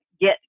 get